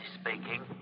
speaking